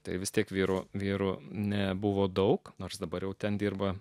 tai vis tiek vyro vyro nebuvo daug nors dabar jau ten dirba